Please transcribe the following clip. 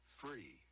free